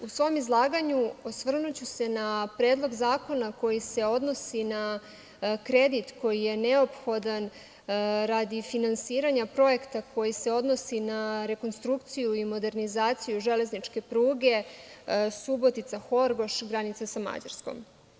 U svom izlaganju, osvrnuću se na Predlog zakona koji se odnosi na kredit koji je neophodan radi finansiranja projekta koji se odnosi na rekonstrukciju i modernizaciju železničke pruge Subotica-Horgoš, granica sa Mađarskom.